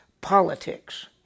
politics